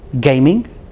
gaming